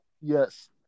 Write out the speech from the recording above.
Yes